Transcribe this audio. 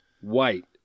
White